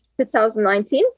2019